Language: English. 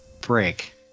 break